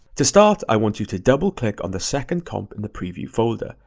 to start, i want you to double click on the second comp in the preview folder,